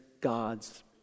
God's